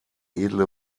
edle